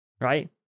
right